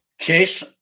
Chase